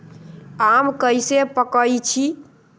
आम कईसे पकईछी?